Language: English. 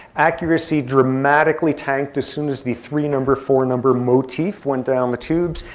accuracy dramatically tanked as soon as the three number, four number motif went down the tubes.